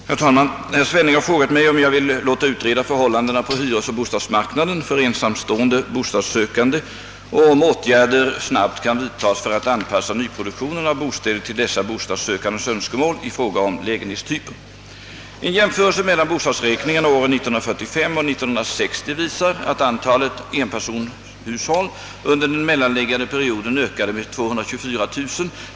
Herr talman! Herr Svenning har frågat mig, om jag vill låta utreda förhållandena på hyresoch bostadsmarknaden för ensamstående bostadssökande och om åtgärder snabbt kan vidtas för att anpassa nyproduktionen av bostäder till dessa bostadssökandes önskemål i fråga om lägenhetstyper.